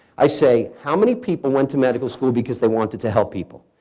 i say, how many people went to medical school because they wanted to help people?